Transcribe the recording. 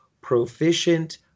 proficient